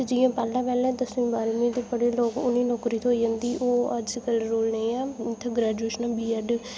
ते जि'यां पैह्लें पैह्लें दसमीं बाह्रमीं पढ़े दे लोक उ'नें गी नौकरी थ्होई जंदी ओह् अजकल रूल नेईं ऐ उत्थैं ग्रेजुशनां बी ऐड